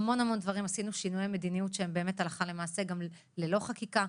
בהמון דברים עשינו שינויי מדיניות שהם באמת הלכה למעשה גם ללא חקיקה,